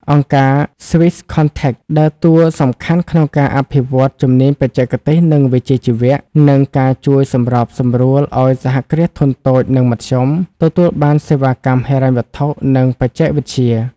អង្គការ Swisscontact ដើរតួសំខាន់ក្នុងការអភិវឌ្ឍ "ជំនាញបច្ចេកទេស និងវិជ្ជាជីវៈ" និងការជួយសម្របសម្រួលឱ្យ សហគ្រាសធុនតូច និងមធ្យម ទទួលបានសេវាកម្មហិរញ្ញវត្ថុ និងបច្ចេកវិទ្យា។